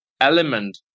element